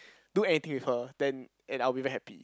do anything with her then and I will be very happy